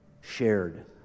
shared